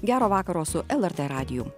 gero vakaro su lrt radiju